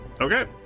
Okay